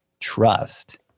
trust